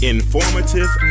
Informative